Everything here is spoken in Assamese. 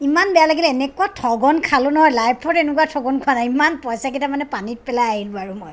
ইমান বেয়া লাগিলে এনেকুৱা ঠগন খালোঁ নহয় লাইফত এনেকুৱা ঠগন খোৱা নাই ইমান পইচাকেইটা মানে পানীত পেলাই আহিলোঁ আৰু মই